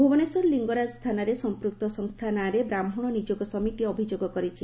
ଭୁବନେଶ୍ୱର ଲିଙ୍ଗରାଜ ଥାନାରେ ସଂପୃକ୍ତ ସଂସ୍ଥା ନାଁରେ ବ୍ରାହ୍କଶ ନିଯୋଗ ସମିତି ଅଭିଯୋଗ କରିଛି